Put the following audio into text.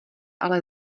ale